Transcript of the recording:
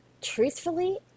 truthfully